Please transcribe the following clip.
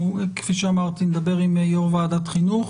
כפי שאמרתי אני אדבר עם יו"ר ועדת החינוך.